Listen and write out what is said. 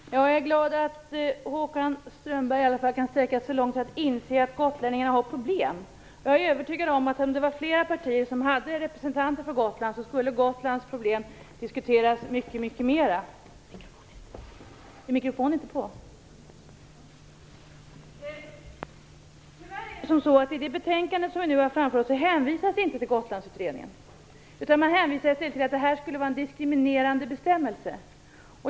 Herr talman! Jag är glad över att Håkan Strömberg i alla fall kan sträcka sig så långt att han inser att gotlänningarna har problem. Jag är övertygad om att om flera partier hade representanter på Gotland, skulle Gotlands problem diskuteras mycket mera. I det betänkande som vi nu behandlar hänvisas det tyvärr inte till Gotlandsutredningen utan till att den bestämmelse som vi krävt skulle vara diskriminerande.